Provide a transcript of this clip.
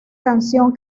canción